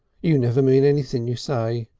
you never mean anything you say.